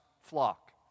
flock